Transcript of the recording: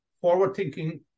forward-thinking